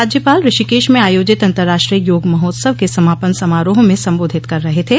राज्यपाल ऋषिकेश में आयोजित अंतर्राष्ट्रीय योग महोत्सव के समापन समारोह में सम्बोधित कर रहे थे